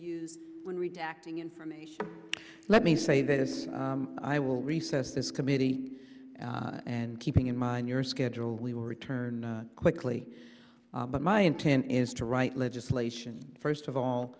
use when reacting information let me say that i will recess this committee and keeping in mind your schedule we will return quickly but my intent is to write legislation first of all